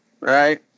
right